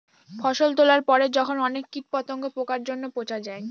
ফসল তোলার পরে যখন অনেক কীট পতঙ্গ, পোকার জন্য পচে যায়